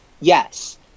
Yes